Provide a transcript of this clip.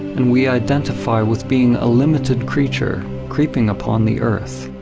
and we identify with being a limited creature creeping upon the earth,